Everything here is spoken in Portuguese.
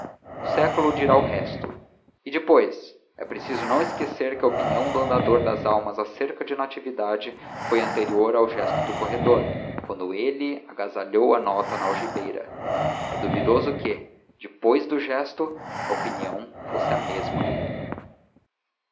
século dirá o resto e depois é preciso não esquecer que a opinião do andador das almas acerca de natividade foi anterior ao gesto do corredor quando ele agasalhou a nota na algibeira é duvidoso que depois do gesto a opinião fosse a mesma